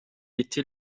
était